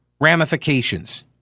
ramifications